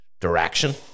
direction